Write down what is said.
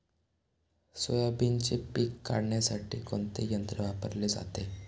सोयाबीनचे पीक काढण्यासाठी कोणते यंत्र वापरले जाते?